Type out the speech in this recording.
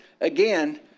again